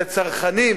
ולצרכנים,